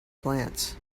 plants